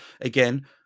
again